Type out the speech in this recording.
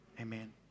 Amen